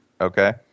Okay